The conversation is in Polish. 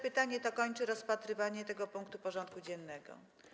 Pytanie to kończy rozpatrywanie tego punktu porządku dziennego.